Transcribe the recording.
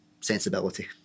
sensibility